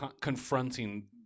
confronting